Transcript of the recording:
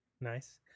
Nice